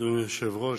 אדוני היושב-ראש,